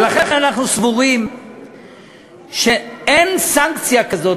ולכן אנחנו סבורים שאין סנקציה כזאת,